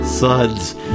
Suds